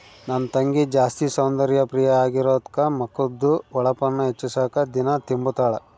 ನನ್ ತಂಗಿ ಜಾಸ್ತಿ ಸೌಂದರ್ಯ ಪ್ರಿಯೆ ಆಗಿರೋದ್ಕ ಮಕದ್ದು ಹೊಳಪುನ್ನ ಹೆಚ್ಚಿಸಾಕ ದಿನಾ ತಿಂಬುತಾಳ